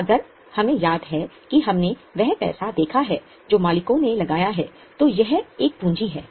अगर हमें याद है कि हमने वह पैसा देखा है जो मालिकों ने लगाया है तो यह एक पूंजी है